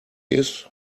ist